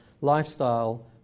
lifestyle